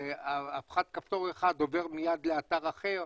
ובאבחת כפתור אחת הוא עובר מיד לאתר אחר.